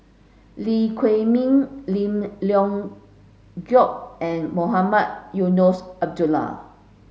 Lee Huei Min Lim Leong Geok and Mohamed Eunos Abdullah